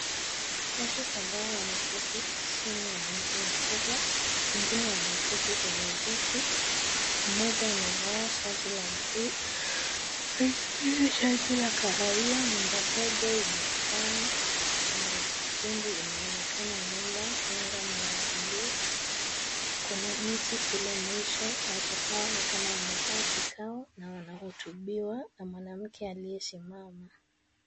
Watu kadhaa wameketi chini ya mti mkubwa, wengine wameketi kwenye viti. Mmoja amevaa shati la bluu, mwingine shati la kahawia. Nyumba ndogo yenye paa nyekundu inaonekana nyuma, anga ni ya bluu, kuna miti kule mwisho. Watu hawa ni kama wamekaa kikao na wanahutubiwa na mwanamke aliyesimama.